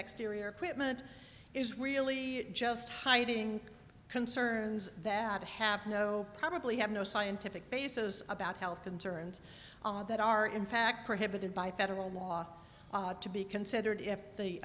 exterior equipment is really just hiding concerns that happen probably have no scientific basis about health insurance that are in fact prohibited by federal law to be considered